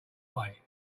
way